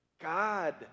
God